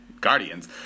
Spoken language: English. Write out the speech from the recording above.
Guardians